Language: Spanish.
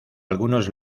algunos